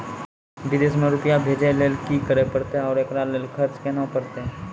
विदेश मे रुपिया भेजैय लेल कि करे परतै और एकरा लेल खर्च केना परतै?